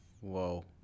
Whoa